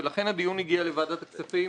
ולכן הדיון הגיע לוועדת הכספים,